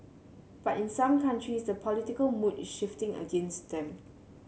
but in some countries the political mood is shifting against them